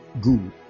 Good